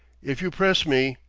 if you press me,